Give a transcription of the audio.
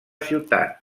ciutat